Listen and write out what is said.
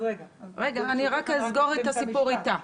אז רגע --- רק אסגור את הסיפור איתה.